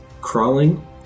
crawling